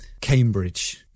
Cambridge